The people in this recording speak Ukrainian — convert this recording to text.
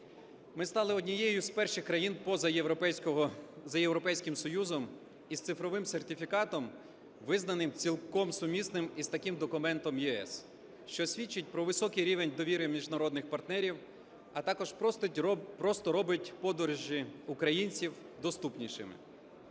Ми стали однією з перших країн поза Європейським Союзом із цифровим сертифікатом, визнаним цілком сумісним і з таким документом ЄС, що свідчить про високий рівень довіри міжнародних партнерів, а також просто робить подорожі українців доступнішими.